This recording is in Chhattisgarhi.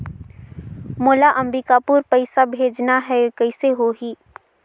मोला अम्बिकापुर पइसा भेजना है, कइसे होही?